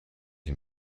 dem